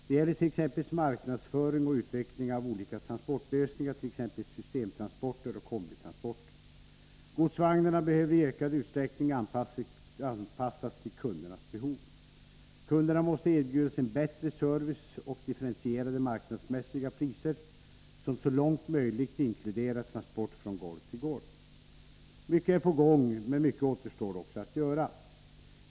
Det gäller bl.a. marknadsföring och utveckling av olika transportlösningar, t.ex. systemtransporter och kombitransporter. Godsvagnarna behöver i ökad utsträckning anpassas till kundernas behov. Kunderna måste erbjudas en bättre service och differentierade marknadsmässiga priser som så långt som möjligt inkluderar transport från ”golv till golv”. Mycket är på gång men mycket återstår också att göra.